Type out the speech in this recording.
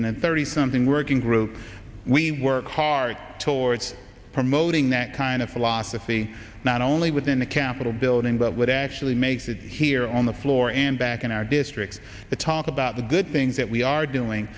a thirty something working group we work hard towards promoting that kind of philosophy not only within the capitol building but what actually makes it here on the floor and back in our districts to talk about the good things that we are doing